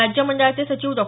राज्य मंडळाचे सचिव डॉ